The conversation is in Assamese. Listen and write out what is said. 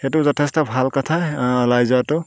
সেইটো যথেষ্ট ভাল কথা ওলাই যোৱাতো